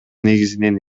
негизинен